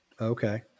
okay